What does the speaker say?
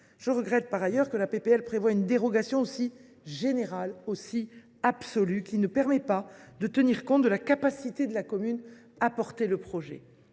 Je regrette par ailleurs que la proposition de loi prévoie une dérogation aussi générale et absolue, qui ne permet pas de tenir compte de la capacité de la commune à porter le projet,